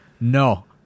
No